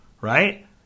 Right